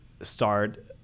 start